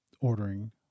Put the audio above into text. ordering